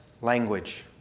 language